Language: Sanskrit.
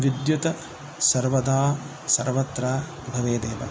विद्युत् सर्वदा सर्वत्र भवेदेव